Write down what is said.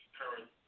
current